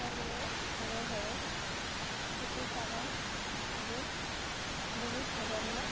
সকলোৱে ঘৰে ঘৰে থকীকাৰণ আৰু বহুত ধৰণৰ